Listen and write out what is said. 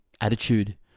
Attitude